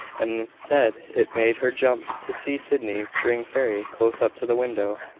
and said it made her jump to see sydney bring fairy close up to the window.